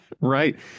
Right